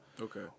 Okay